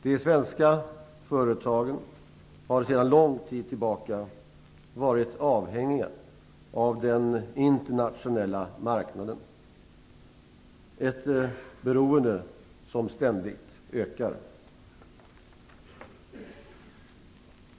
De svenska företagen har sedan lång tid tillbaka varit avhängiga av den internationella marknaden - ett beroende som ständigt ökar.